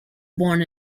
born